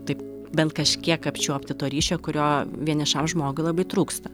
taip bent kažkiek apčiuopti to ryšio kurio vienišam žmogui labai trūksta